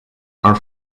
are